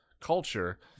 culture